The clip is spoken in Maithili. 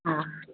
हँ